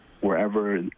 wherever